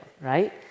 right